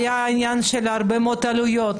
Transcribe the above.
היה גם עניין של עלויות גבוהות מאוד,